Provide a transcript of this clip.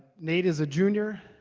nate is a junior